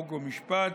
חוק ומשפט,